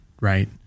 right